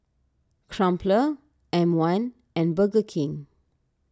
Crumpler M one and Burger King